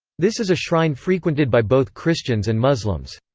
this is a shrine frequented by both christians and muslims.